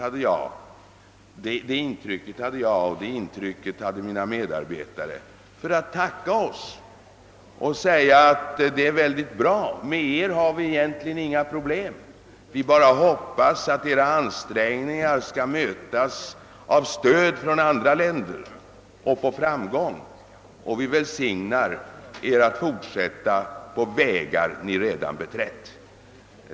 Både jag och mina medarbetare fick intrycket att Alger-delegationen ansåg att våra åtgärder var bra — det förelåg egentligen inga pro blem; man bara hoppades att våra ansträngningar skulle mötas av stöd från andra länder, och man önskade oss framgång och välsignelse att fortsätta på de vägar vi redan beträtt.